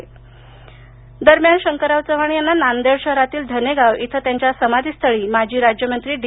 जयंती दरम्यान शंकरराव चव्हाण यांना नांदेड शहरातील धनेगाव इथं त्यांच्या समाधीस्थळी माजी राज्यमंत्री डी